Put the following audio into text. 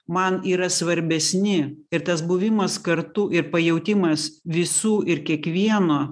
man yra svarbesni ir tas buvimas kartu ir pajautimas visų ir kiekvieno